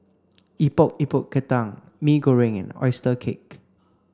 Epok Epok Kentang Mee Goreng and oyster cake